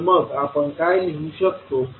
तर मग आपण काय लिहू शकतो